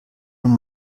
nun